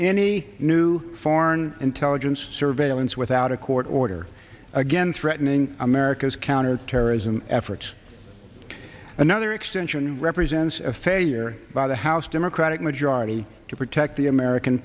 any new foreign intelligence surveillance without a court order again threatening america's counterterrorism efforts another extension represents a failure by the house democratic majority to protect the american